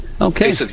Okay